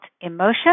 emotion